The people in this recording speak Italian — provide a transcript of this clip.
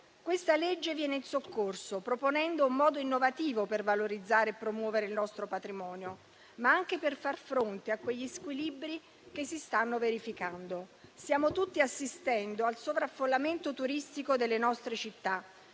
Questa legge viene in soccorso, proponendo un modo innovativo per valorizzare e promuovere il nostro patrimonio, ma anche per far fronte a quegli squilibri che si stanno verificando. Stiamo tutti assistendo al sovraffollamento turistico delle nostre città,